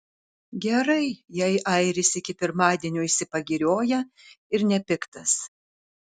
gerai jei airis iki pirmadienio išsipagirioja ir nepiktas